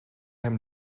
hem